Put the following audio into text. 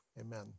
amen